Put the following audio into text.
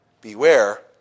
Beware